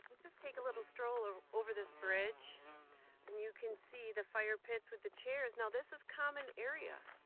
and just take a little stroll ah over this bridge, and you can see the fire pits with the chairs. now this is common area.